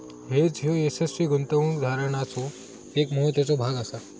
hedge ह्यो यशस्वी गुंतवणूक धोरणाचो एक महत्त्वाचो भाग आसा